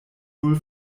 null